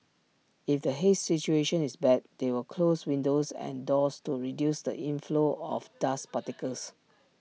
if the haze situation is bad they will close windows and doors to reduce the inflow of dust particles